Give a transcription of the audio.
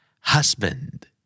husband